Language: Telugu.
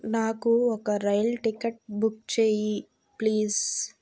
నాకు ఒక రైలు టికెట్ బుక్ చేయి ప్లీజ్